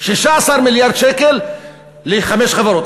16 מיליארד שקל לחמש חברות.